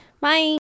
bye